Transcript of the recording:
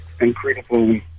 incredible